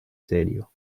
serio